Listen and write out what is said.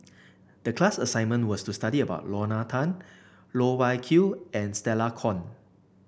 the class assignment was to study about Lorna Tan Loh Wai Kiew and Stella Kon